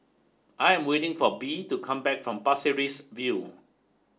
I am waiting for Bee to come back from Pasir Ris View